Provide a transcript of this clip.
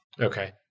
Okay